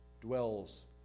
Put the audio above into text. dwells